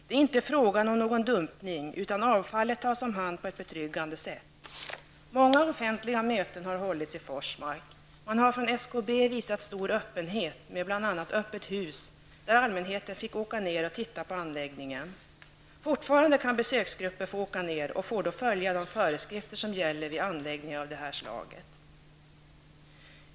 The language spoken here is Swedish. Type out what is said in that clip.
Det är inte fråga om någon dumpning, utan avfallet tas om hand på ett betryggande sätt. Många offentliga möten har hållits i Forsmark. Man har från SKB visat stor öppenhet med bl.a. ''öppet hus'' då allmänheten fick åka ned och titta på anläggningen. Fortfarande kan besöksgrupper få åka ned och får då följa de föreskrifter som gäller vid anläggningar av det här slaget.